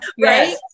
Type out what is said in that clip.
Right